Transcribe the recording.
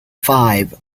five